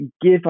give